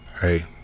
Hey